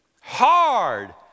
hard